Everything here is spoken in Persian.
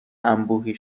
انبوهی